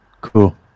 Cool